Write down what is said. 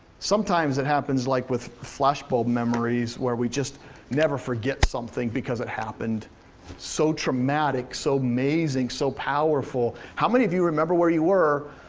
sometimes it happens like with flashbulb memories where we just never forget something because it happened so traumatic, so amazing, so powerful. how many of you remember where you were